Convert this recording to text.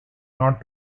not